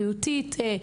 בריאותית,